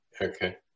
Okay